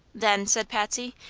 then, said patsy,